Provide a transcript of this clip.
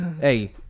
Hey